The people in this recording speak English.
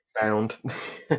bound